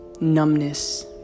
numbness